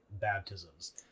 baptisms